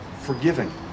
forgiving